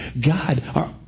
God